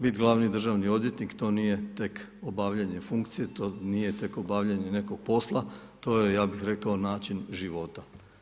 Bit glavni državni odvjetnik, to nije tek obavljanje funkcije, to nije tek obavljanje nekog posla, to je, ja bih rekao, način života.